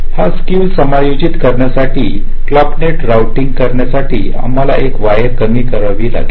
हा स्केव समायोजित करण्यासाठी क्लाॅक नेट रोऊटिंगकरण्यासाठी आम्हाला एक वायर कमी करावा लागेल